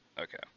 Okay